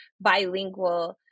bilingual